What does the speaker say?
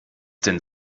denn